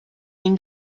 این